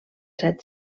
set